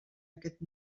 aquest